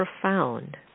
profound